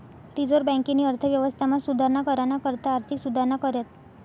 reserve बँकेनी अर्थव्यवस्थामा सुधारणा कराना करता आर्थिक सुधारणा कऱ्यात